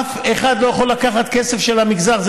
אף אחד לא יכול לקחת כסף של המגזר.